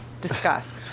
discuss